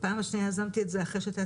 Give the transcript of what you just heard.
בפעם השנייה יזמתי את זה אחרי שהייתה